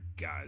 guys